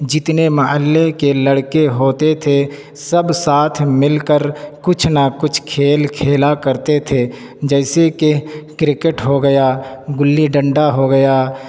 جتنے محلے کے لڑکے ہوتے تھے سب ساتھ مل کر کچھ نہ کچھ کھیل کھیلا کرتے تھے جیسے کہ کرکٹ ہو گیا گلی ڈنڈا ہو گیا